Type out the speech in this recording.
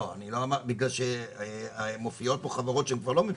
לא, בגלל שמופיעות פה חברות שהן כבר לא ממשלתיות.